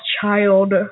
child